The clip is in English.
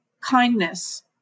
kindness